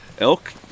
elk